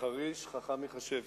מחריש חכם ייחשב.